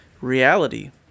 reality